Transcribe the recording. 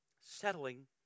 settling